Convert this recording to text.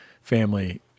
family